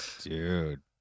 Dude